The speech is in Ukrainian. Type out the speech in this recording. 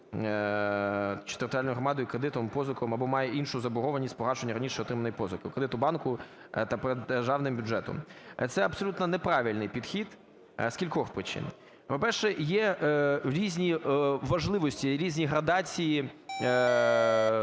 чи територіальною громадою кредитом, позикою або має іншу заборгованість, погашення раніше отриманої позики, кредиту банку та перед державним бюджетом. Це абсолютно неправильний підхід з кількох причин. По-перше, є різні важливості, є різні градації